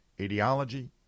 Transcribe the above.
ideology